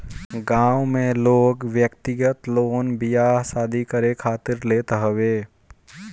गांव में लोग व्यक्तिगत लोन बियाह शादी करे खातिर लेत हवे